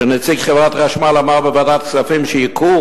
נציג חברת החשמל אמר בוועדת הכספים שייקור